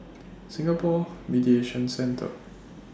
Singapore Mediation Centre